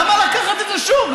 למה לקחת את זה שוב,